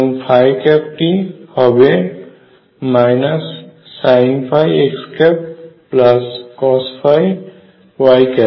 এবং টি হবে sinϕx cosϕy